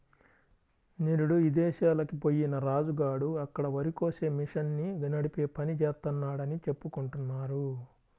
నిరుడు ఇదేశాలకి బొయ్యిన రాజు గాడు అక్కడ వరికోసే మిషన్ని నడిపే పని జేత్తన్నాడని చెప్పుకుంటున్నారు